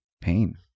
pain